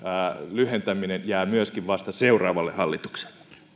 lyhentäminen jää vasta seuraavalle hallitukselle